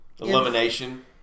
elimination